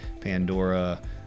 Pandora